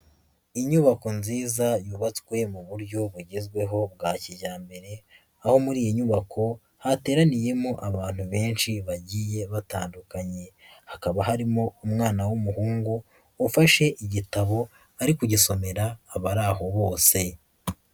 Inyubako nziza yubatswe mu buryo bugezweho bwa kijyambere, aho muri iyi nyubako hateraniyemo abantu benshi bagiye batandukanye, hakaba harimo umwana w'umuhungu ufashe igitabo ari kugisomera abari aho bose.